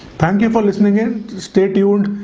thank you for listening and stay tuned.